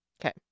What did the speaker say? Okay